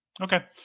Okay